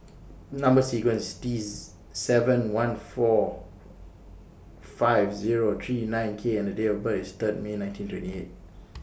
Number sequence IS T seven one four five Zero three nine K and The Date of birth IS Third May nineteen twenty eight